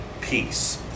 peace